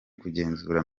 kugenzura